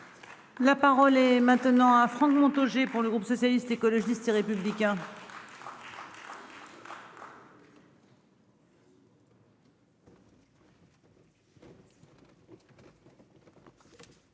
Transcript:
La parole est maintenant à Franck Montaugé pour le groupe socialiste, écologiste et républicain.